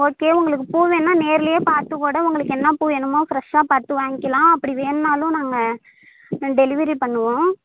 okay உங்களுக்கு பூ வேணுன்னால் நேர்லையே பார்த்து கூட உங்களுக்கு என்ன பூ வேணுமோ ஃபிரெஷ்ஷாக பார்த்து வாங்கிக்கிலாம் அப்படி வேணும்னாலும் நாங்கள் டெலிவரி பண்ணுவோம்